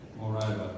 Moreover